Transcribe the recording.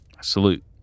Salute